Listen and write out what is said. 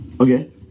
Okay